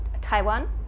Taiwan